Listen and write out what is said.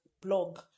blog